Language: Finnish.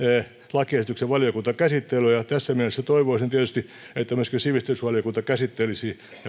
lakiesityksen valiokuntakäsittelyä ja tässä mielessä toivoisin tietysti että myöskin sivistysvaliokunta käsittelisi